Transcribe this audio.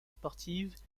sportives